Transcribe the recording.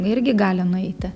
irgi gali nueiti